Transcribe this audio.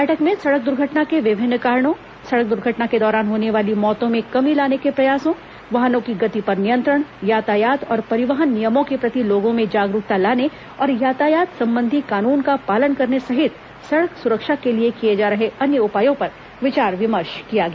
बैठक में सड़क द्र्घटना के विभिन्न कारणों सड़क दुर्घटना के दौरान होने वाली मौतों में कमी लाने के प्रयासों वाहनों की गति पर नियंत्रण यातायात और परिवहन नियमों के प्रति लोगों में जागरूकता लाने और यातायात संबंधी कानून का पालन करने सहित सड़क सुरक्षा के लिए किये जा रहे अन्य उपायों पर विचार विमर्श किया गया